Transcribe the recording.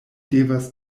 devas